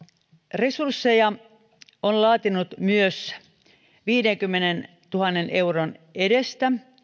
resursseja elikkä aloitteen olen laatinut viidenkymmenentuhannen euron edestä